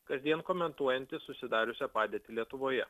kasdien komentuojantys susidariusią padėtį lietuvoje